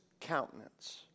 countenance